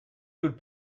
good